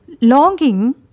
longing